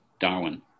Darwin